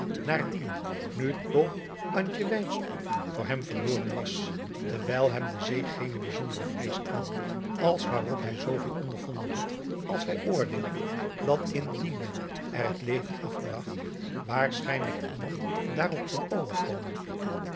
naardien nu toch antje wynstok voor hem verloren was terwijl hem de zee geene bijzondere vrees aanjoeg als waarop hij zooveel ondervonden had als hij oordeelde dat indien men er het leven afbragt waarschijnlijk iemand daarop kon overkomen